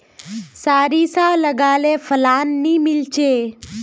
सारिसा लगाले फलान नि मीलचे?